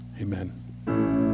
Amen